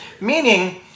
Meaning